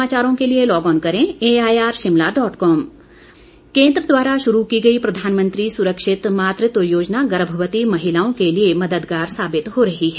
मातृत्व योजना केंद्र द्वारा शुरू की गई प्रधानमंत्री सुरक्षित मातृत्व योजना गर्भवती महिलाओं के लिए मददगार साबित हो रही है